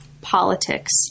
politics